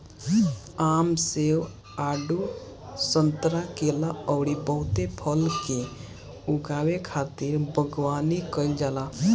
आम, सेब, आडू, संतरा, केला अउरी बहुते फल के उगावे खातिर बगवानी कईल जाला